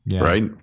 right